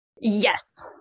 Yes